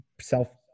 self